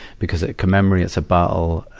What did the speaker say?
because it commemorates a battle,